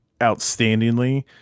outstandingly